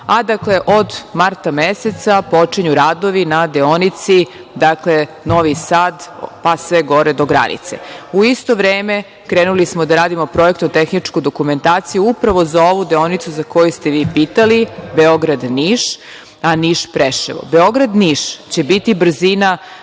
Sad, a od marta meseca počinju radovi na deonici Novi Sad, pa sve gore, do granice.U isto vreme krenuli smo da radimo Projektnu tehničku dokumentaciju upravo za ovu deonicu za koju ste vi i pitali, Beograd – Niš – Preševo. Beograd – Niš će biti brzina,